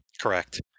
Correct